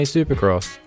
Supercross